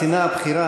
הקצינה הבכירה,